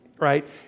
right